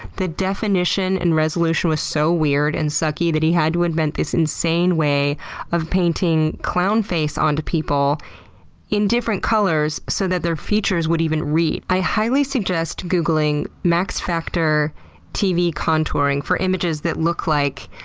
the definition and resolution was so weird and sucky that he had to invent this insane way of painting clown face onto people in different colors so that their features would even read. i highly suggest googling max factor tv contouring for images that look like